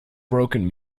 broken